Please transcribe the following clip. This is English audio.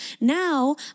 Now